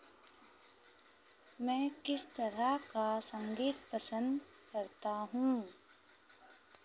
मैं किस तरह का संगीत पसंद करता हूँ